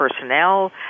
personnel